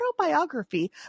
autobiography